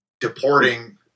deporting